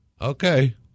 okay